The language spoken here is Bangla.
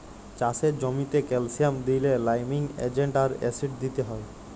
চাষের জ্যামিতে ক্যালসিয়াম দিইলে লাইমিং এজেন্ট আর অ্যাসিড দিতে হ্যয়